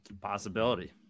Possibility